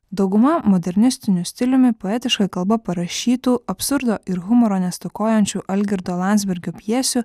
dauguma modernistiniu stiliumi poetiška kalba parašytų absurdo ir humoro nestokojančių algirdo landsbergio pjesių